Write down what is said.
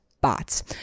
bots